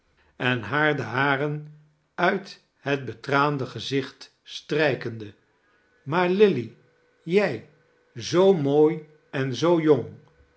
en haar de haren uit het betraande gezioht strijkende maar lilly jij zoo mooi en zoo jong